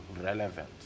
relevant